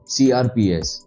CRPS